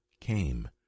came